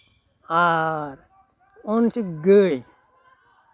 ᱟᱨ ᱩᱱᱠᱩ ᱜᱟᱹᱭ